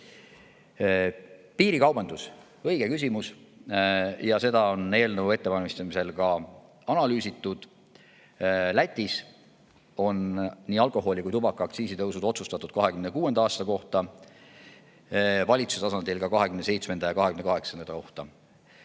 Piirikaubandus. See on õige küsimus ja seda on eelnõu ettevalmistamisel ka analüüsitud. Lätis on nii alkoholi kui ka tubaka aktsiisitõusud otsustatud 2026. aasta kohta, valitsuse tasandil ka 2027. ja 2028. aasta